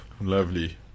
Lovely